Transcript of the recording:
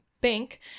bank